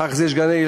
אחר כך יש גני-ילדים,